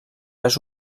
les